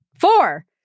Four